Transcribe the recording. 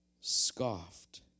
scoffed